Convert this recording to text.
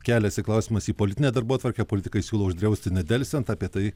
keliasi klausimas į politinę darbotvarkę politikai siūlo uždrausti nedelsiant apie tai